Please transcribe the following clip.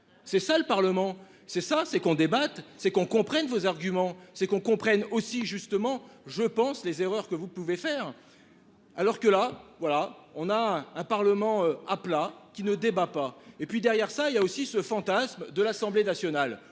C'est ça le Parlement c'est ça c'est qu'on débatte, c'est qu'on comprenne vos arguments, c'est qu'on comprenne aussi justement je pense les erreurs que vous pouvez faire. Alors que là voilà on a un Parlement à plat qui ne débat pas. Et puis derrière ça il y a aussi ce fantasme de l'Assemblée nationale,